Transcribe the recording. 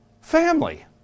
family